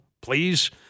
please